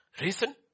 Reason